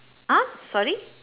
!huh! sorry